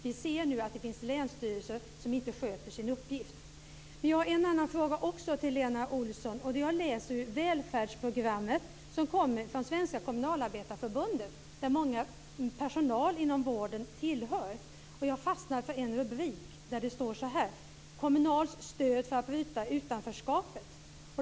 Vi ser nu att det finns länsstyrelser som inte sköter sin uppgift. Jag har en annan fråga till Lena Olsson. Jag läser i välfärdsprogrammet, som kommer från Svenska kommunalarbetareförbundet, där många av personalen inom vården tillhör. Jag fastnade för en rubrik. Det står så här: Kommunals stöd för att bryta utanförskapet.